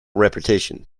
repetition